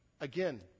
Again